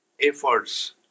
efforts